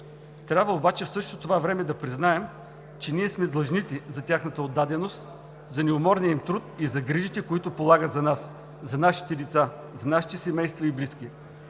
Трябва обаче в същото това време да признаем, че ние сме длъжници за тяхната отдаденост, за неуморния им труд и за грижите, които полагат за нас, за нашите деца, за нашите семейства и близки.